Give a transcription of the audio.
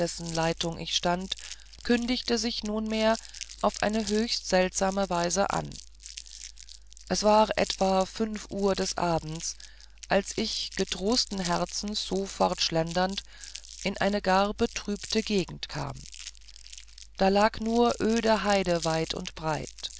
leitung ich stand kündigte sich nunmehr auf eine höchst seltsame weise an es war etwa fünf uhr des abends als ich getrosten herzens so fortschlendernd in eine gar betrübte gegend kam da lag nur öde heide weit und breit